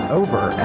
over